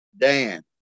Dan